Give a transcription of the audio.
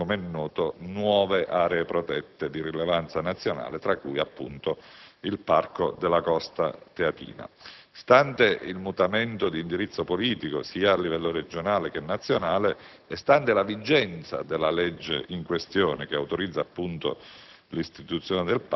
di istituire ‑ come è noto ‑ nuove aree protette di rilevanza nazionale, tra cui il Parco della «Costa teatina». Stante il mutamento d'indirizzo politico sia a livello regionale che nazionale e stante la vigenza della legge in questione, che autorizza